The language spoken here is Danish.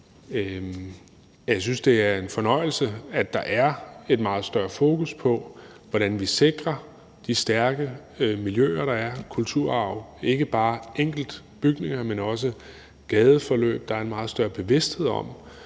jeg synes, det er en fornøjelse, at der er meget større fokus på, hvordan vi sikrer de stærke miljøer, der er, kulturarv, ikke bare enkeltbygninger, men også gadeforløb. Der er en meget større bevidsthed om,